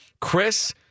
Chris